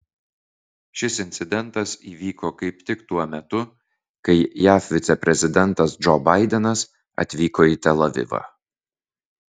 šis incidentas įvyko kaip tik tuo metu kai jav viceprezidentas džo baidenas atvyko į tel avivą